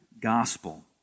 gospel